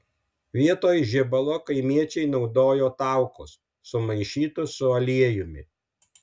vietoj žibalo kaimiečiai naudojo taukus sumaišytus su aliejumi